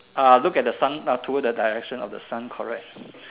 uh look at the sun ah towards the direction of the sun correct